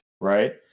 Right